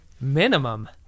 Minimum